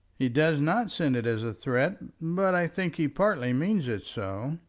he does not send it as a threat, but i think he partly means it so.